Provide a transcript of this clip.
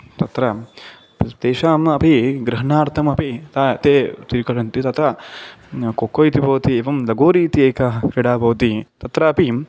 तत्र तेषाम् अपि ग्रहणार्थम् अपि ते ते स्वीकुर्वन्ति तथा कोक्को इति भवति एवं लगोरि इति एका क्रीडा भवति तत्रापि